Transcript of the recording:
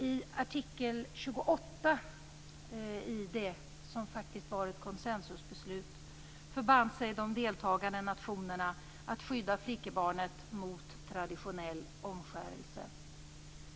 I artikel 28 i det som faktiskt var ett konsensusbeslut förband sig de deltagande nationerna att skydda flickebarnet mot traditionell omskärelse.